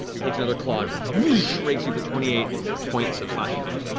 takes another claw and rakes you for twenty eight points of slashing